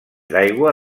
d’aigua